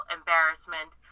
embarrassment